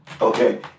Okay